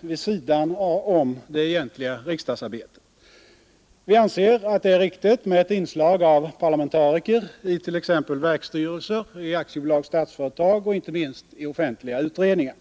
vid sidan om det egentliga riksdagsarbetet. Vi anser att det är riktigt med ett inslag av parlamentariker i t.ex. verksstyrelser, i AB Statsföretag och inte minst i offentliga utredningar.